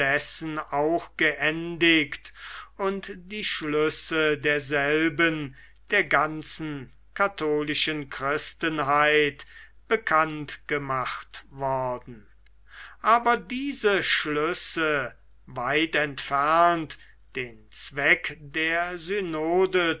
auch geendigt und die schlüsse derselben der ganzen katholischen christenheit bekannt gemacht worden aber diese schlüsse weit entfernt den zweck der